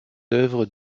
œuvres